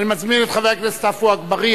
אני מזמין את חבר הכנסת עפו אגבאריה